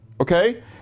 okay